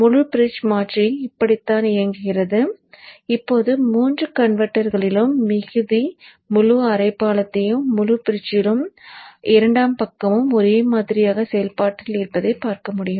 முழு பிரிட்ஜ் மாற்றி இப்படித்தான் இயங்குகிறது இப்போது 3 கன்வெர்ட்டரிலும் மிகுதி முழு அரைப் பாலத்தையும் முழுப் பிரிட்ஜிலும் இரண்டாம் பக்கமும் ஒரே மாதிரியாக செயல்பாட்டில் இருப்பதைப் பார்க்க முடியும்